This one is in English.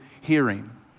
hearing